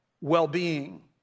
well-being